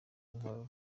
inkorora